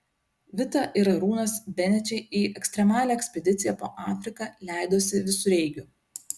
vita ir arūnas benečiai į ekstremalią ekspediciją po afriką leidosi visureigiu